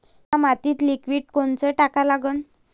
थ्या मातीत लिक्विड कोनचं टाका लागन?